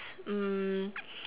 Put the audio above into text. mm